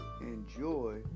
enjoy